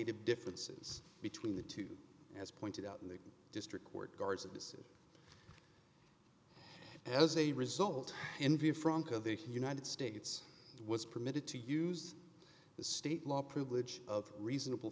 e differences between the two as pointed out in the district court guards of the city as a result in view frank of the united states was permitted to use the state law privilege of reasonable